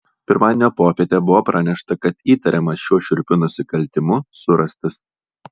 pirmadienio popietę buvo pranešta kad įtariamas šiuo šiurpiu nusikaltimu surastas